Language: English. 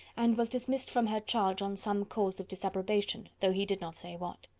and was dismissed from her charge on some cause of disapprobation, though he did not say what.